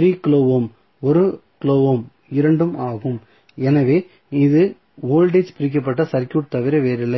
3 kilo ohm 1 kilo ohm இரண்டும் ஆகும் எனவே இது வோல்டேஜ் பிரிக்கப்பட்ட சர்க்யூட் தவிர வேறில்லை